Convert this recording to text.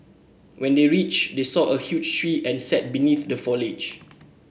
when they reached they saw a huge tree and sat beneath the foliage